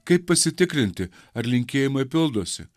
kaip pasitikrinti ar linkėjimai pildosi